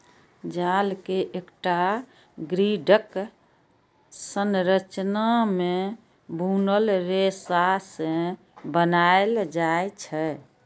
जाल कें एकटा ग्रिडक संरचना मे बुनल रेशा सं बनाएल जाइ छै